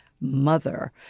mother